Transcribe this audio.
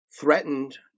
threatened